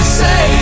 say